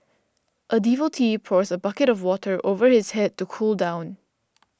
a devotee pours a bucket of water over his head to cool down